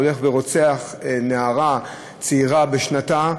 הולך ורוצח נערה צעירה בשנתה,